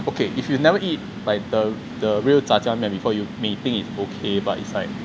okay if you never eat like the the real 炸酱面 before you may think is okay but it's like